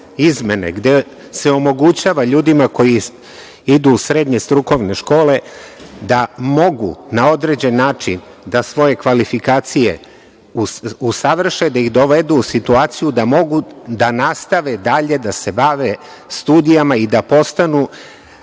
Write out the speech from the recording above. gde se omogućava ljudima koji idu u srednje strukovne škole da mogu na određen način da svoje kvalifikacije usavrše, da ih dovedu u situaciju da mogu da nastave dalje da se bave studijama i da postanu